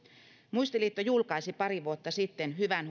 muistiliitto julkaisi pari vuotta sitten hyvän